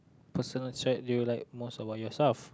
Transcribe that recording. personal trait do you like most about yourself